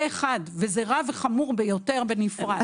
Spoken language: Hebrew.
וזה רע וחמור ביותר בנפרד,